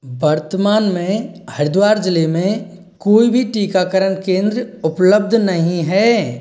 वर्तमान में हरिद्वार ज़िले में कोई भी टीकाकरण केंद्र उपलब्ध नहीं है